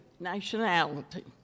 nationality